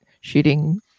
shooting